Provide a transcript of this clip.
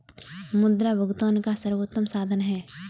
मुद्रा भुगतान का सर्वोत्तम साधन है